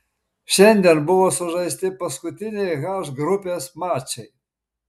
šiandien buvo sužaisti paskutiniai h grupės mačai